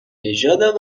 نژادم